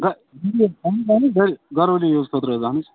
گریلو یوٗز خٲطرٕ حظ اہن حظ